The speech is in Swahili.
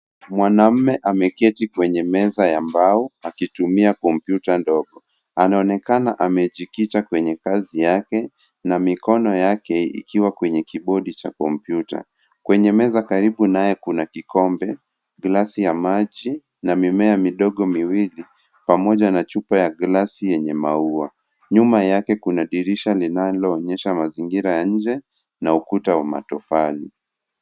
Mwanaume ameketi kwenye meza ya mbao akitumia kompyuta ndogo. Anaonekana amejikita kwenye kazi yake na mikono yake ikiwa kwenye kibodi cha kompyuta . Kwenye meza karibu naye kuna kikombe, glasi ya maji na mimea midogo miwili pamoja na chupa ya glasi yenye maua. Nyuma yake kuna dirisha linaloonyesha mazingira ya nje na ukuta wa matofali.